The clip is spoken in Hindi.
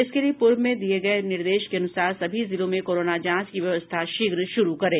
इसके लिये पूर्व में दिये गये निर्देश के अनुसार सभी जिलों में कोरोना जांच की व्यवस्था शीघ्र शुरू करें